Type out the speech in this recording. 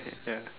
ya